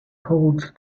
told